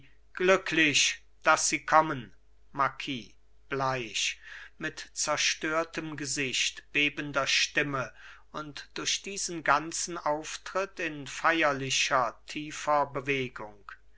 glücklich daß sie kommen marquis bleich mit zerstörtem gesicht bebender stimme und durch diesen ganzen auftritt in feierlicher tiefer bewegung